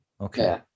Okay